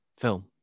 film